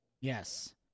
Yes